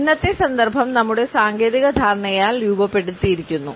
ഇന്നത്തെ സന്ദർഭം നമ്മുടെ സാങ്കേതിക ധാരണയാൽ രൂപപ്പെടുത്തിയിരിക്കുന്നു